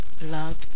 love